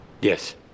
Yes